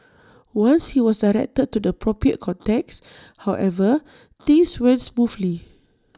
once he was directed to the appropriate contacts however things went smoothly